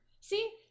see